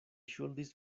ŝuldis